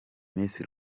miss